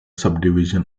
subdivision